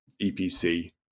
EPC